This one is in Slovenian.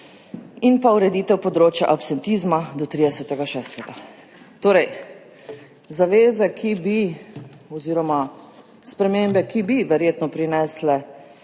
in pa ureditev področja absentizma do 30. 6. Torej, zaveze, ki bi, oziroma spremembe, ki bi verjetno prinesle,